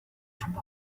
from